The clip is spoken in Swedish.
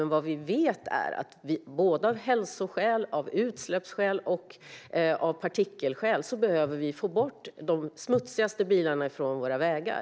Men vad vi vet är att vi av hälsoskäl, utsläppsskäl och av partikelskäl behöver få bort de smutsigaste bilarna från våra vägar.